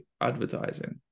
advertising